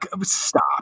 stop